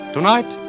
Tonight